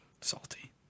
Salty